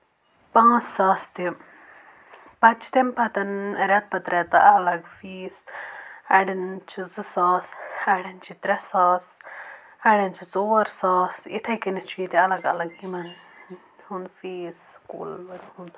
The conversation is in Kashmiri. پانٛژھ ساس تہِ پَتہٕ چھِ تَمہِ پَتہٕ رؠتہٕ پَتہٕ رؠتہٕ الگ فیٖس اَڑؠن چھِ زٕ ساس اَڑؠن چھِ ترٛےٚ ساس اَڑؠن چھِ ژور ساس یِتھے کَنؠتھ چھُ ییٚتہِ الگ الگ یِمَن ہُنٛد فیٖس کُل ہُنٛد